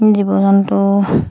জীৱ জন্তু